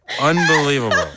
unbelievable